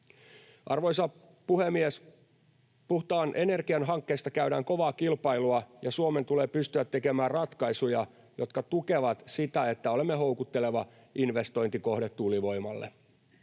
Arvoisa puhemies! Puhtaan energian hankkeista käydään kovaa kilpailua, ja Suomen tulee pystyä tekemään ratkaisuja, jotka tukevat sitä, että olemme houkutteleva investointikohde tuulivoimalle.